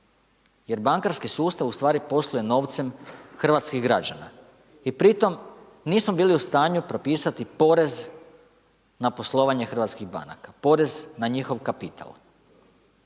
jer bankarski sustav ustvari posluje novcem hrvatskih građana i pri tome nismo bili u stanju propisati porez na poslovanje hrvatskih banaka, porez na njihov kapital.